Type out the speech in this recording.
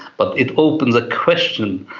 but it opens a question,